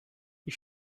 you